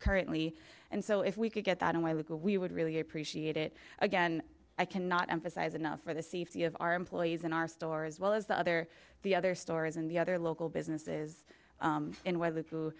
currently and so if we could get that i would go we would really appreciate it again i cannot emphasize enough for the safety of our employees in our store as well as the other the other stores and the other local businesses in whether t